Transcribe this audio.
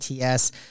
ATS